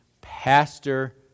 pastor